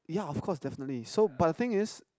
yeah of course definitely so but the thing is